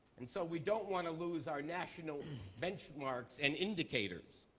and so we don't want to lose our national benchmarks and indicators.